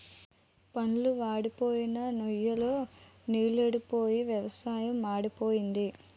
వాన్ళ్లు పడప్పోయి నుయ్ లో నీలెండిపోయి వ్యవసాయం మాడిపోయింది